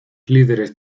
líderes